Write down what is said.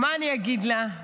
מה אני אגיד לה?